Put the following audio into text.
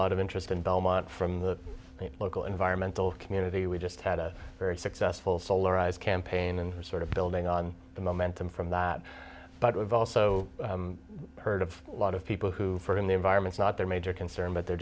lot of interest in belmont from the local environmental community we just had a very successful solar eyes campaign and sort of building on the momentum from that but we've also heard of a lot of people who for whom the environment's not their major concern but they're